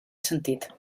sentit